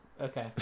Okay